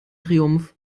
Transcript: triumph